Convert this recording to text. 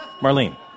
Marlene